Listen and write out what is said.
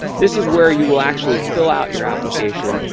this is where you will actually fill out your application,